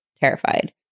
terrified